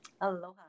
Aloha